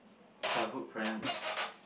childhood friends